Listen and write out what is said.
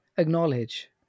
acknowledge